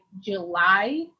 july